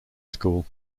school